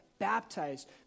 Baptized